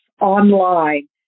online